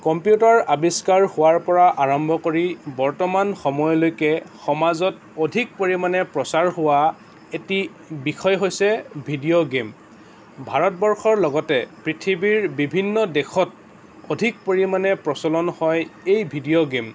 computer আৱিষ্কাৰ হোৱাৰ পৰা আৰম্ভ কৰি বৰ্তমান সময়লৈকে সমাজত অধিক পৰিমাণে প্ৰচাৰ হোৱা এটি বিষয় হৈছে ভিডিঅ' গেম ভাৰতবৰ্ষৰ লগতে পৃথিৱীৰ বিভিন্ন দেশত অধিক পৰিমাণে প্ৰচলন হয় এই ভিডিঅ' গেম